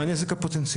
מה הנזק פוטנציאלי?